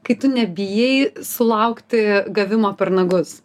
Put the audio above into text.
kai tu nebijai sulaukti gavimo per nagus